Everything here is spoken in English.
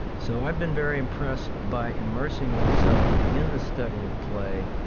so i've been very impressed by immersing oneself in the study of play.